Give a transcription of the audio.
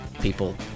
People